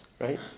right